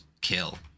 kill